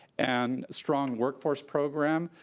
and strong workforce program,